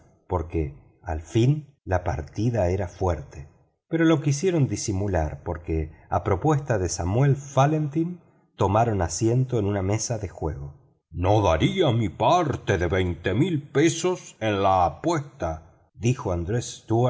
porque al fin la partida era fuerte pero lo quisieron disimular porque a propuesta de samuel fallentin tomaron asiento en una mesa de juego no daría mi parte de cuatro mil libras en la apuesta dijo andrés